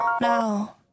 now